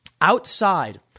Outside